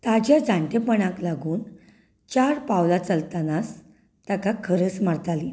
ताच्या जाणटेपणाक लागून चार पावलां चलतनाच ताका खरस मारताली